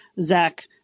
Zach